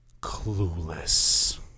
Clueless